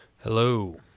Hello